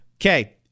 Okay